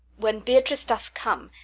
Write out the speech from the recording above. when beatrice doth come,